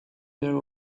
their